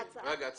רגע.